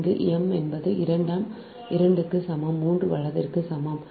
இங்கு m என்பது 2 n க்கு சமம் 3 வலத்திற்கு சமம்